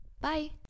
Bye